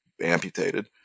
amputated